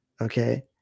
Okay